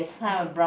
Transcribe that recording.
okay